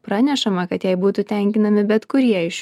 pranešama kad jei būtų tenkinami bet kurie iš